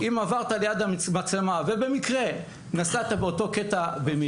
אם עברת ליד המצלמה ובמקרה נסעת באותו קטע במהירות,